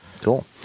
cool